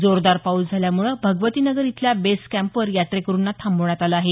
जोरदार पाऊस झाल्यामुळं भगवतीनगर इथल्या बेस कँपवर यात्रेकरूंना थांबवण्यात आलं आहे